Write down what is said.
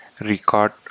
record